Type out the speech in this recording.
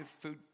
food